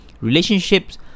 Relationships